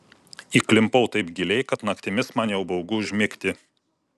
įklimpau taip giliai kad naktimis man jau baugu užmigti